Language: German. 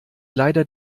leider